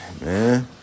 man